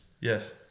Yes